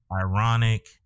ironic